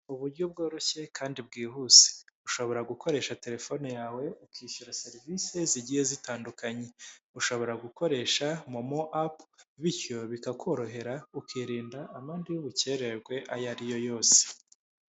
Uburyo bworoshye kandi bwihuse, ushobora gukoresha terefone yawe ukishyura serivisi zigiye zitandukanye. Ushobora gukoresha momo apu bityo bikakorohera, ukirinda amande y'ubukererwe ayo ari yo yose.